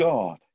God